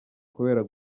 kubera